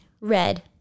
Red